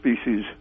species